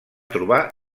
trobar